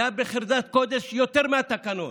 זה היה בחרדת קודש יותר מהתקנון.